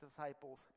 disciples